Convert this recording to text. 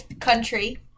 country